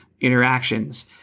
interactions